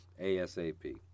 ASAP